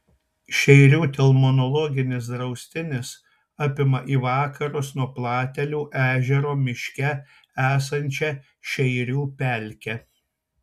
šeirių telmologinis draustinis apima į vakarus nuo platelių ežero miške esančią šeirių pelkę